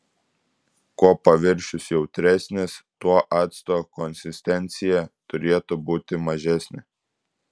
kuo paviršius jautresnis tuo acto konsistencija turėtų būti mažesnė